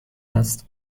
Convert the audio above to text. است